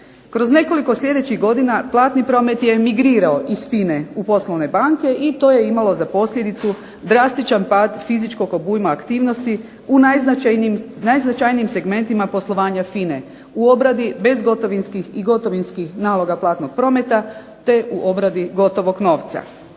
Kroz nekoliko sljedećih godina platni promet je migrirao iz FINA-e u poslovne banke i to je imalo za posljedicu drastičan pad fizičkog obujma aktivnosti u najznačajnijim segmentima poslovanja FINA-e, u obradi bezgotovinskih i gotovinskih naloga platnog prometa te u obradi gotovog novca.